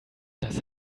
dass